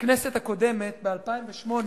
בכנסת הקודמת, ב-2008,